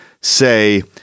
say